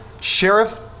Sheriff